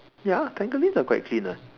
ya are quite clean [what]